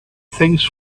things